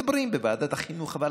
מדברים בוועדת החינוך, אבל